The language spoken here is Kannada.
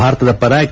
ಭಾರತದ ಪರ ಕೆ